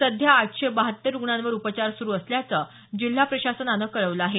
सध्या आठशे बहात्तर रुग्णांवर उपचार सुरू असल्याचं जिल्हा प्रशासनानं कळवलं आहे